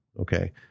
Okay